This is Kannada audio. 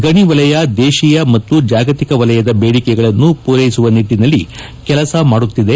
ಗಣಿ ವಲಯ ದೇತೀಯ ಮತ್ತು ಜಾಗತಿಕ ವಲಯದ ದೇಡಿಕೆಗಳನ್ನು ಪೂರೈಸುವ ನಿಟ್ಲನಲ್ಲಿ ಕೆಲಸ ಮಾಡುತ್ತಿದೆ